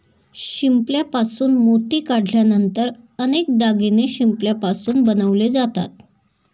शिंपल्यापासून मोती काढल्यानंतर अनेक दागिने शिंपल्यापासून बनवले जातात